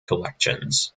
collections